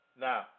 Now